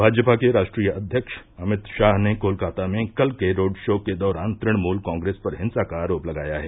भाजपा के राष्ट्रीय अध्यक्ष अमित शाह ने कोलकाता में कल के रोड़ शो के दौरान तृणमूल कांग्रेस पर हिंसा का आरोप लगाया है